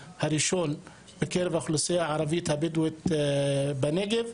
בקרב האוכלוסיה הערבית הבדואית בנגב.